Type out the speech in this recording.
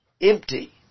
empty